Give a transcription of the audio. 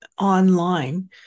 online